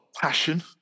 passion